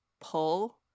pull